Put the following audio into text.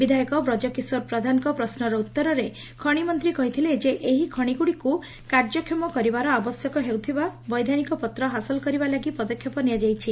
ବିଧାୟକ ବ୍ରଜକିଶୋର ପ୍ରଧାନଙ୍କ ପ୍ରଶ୍ୱର ଉଉରରେ ଖଣି ମନ୍ତୀ କହିଥିଲେ ଯେ ଏହି ଖଣିଗୁଡିକୁ କାର୍ଯ୍ୟକ୍ଷମ କରିବାର ଆବଶ୍ୟକ ହେଉଥିବା ବୈଧାନିକପତ୍ର ହାସଲ କରିବା ଲାଗି ପଦକ୍ଷେପ ନିଆଯାଇଛି